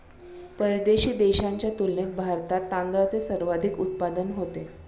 परदेशी देशांच्या तुलनेत भारतात तांदळाचे सर्वाधिक उत्पादन होते